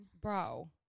Bro